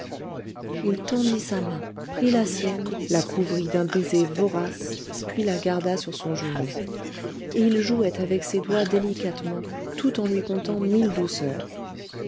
il tendit sa main prit la sienne la couvrit d'un baiser vorace puis la garda sur son genou et il jouait avec ses doigts délicatement tout en lui contant mille douceurs